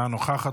אינה נוכחת,